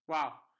Wow